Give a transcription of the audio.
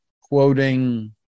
quoting